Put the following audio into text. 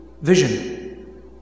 vision